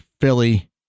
Philly